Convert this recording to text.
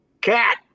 cat